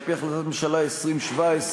על-פי החלטת ממשלה 2017,